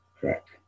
Correct